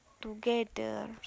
together